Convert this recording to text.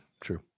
true